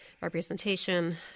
representation